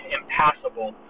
impassable